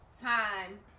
time